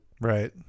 right